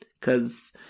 Cause